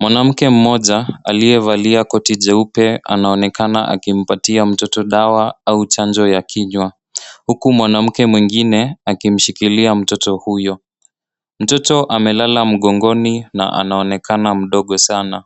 Mwanamke mmoja aliyevalia koti jeupe anaonekana akimpatia mtoto dawa au chanjo ya kinywa huku mwanamke mwingine kimshikilia mtoto huyo. Mtoto amelala mgongoni na anaonekana mdogo sana.